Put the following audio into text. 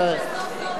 די,